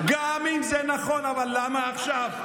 גם אם זה נכון, אבל למה עכשיו?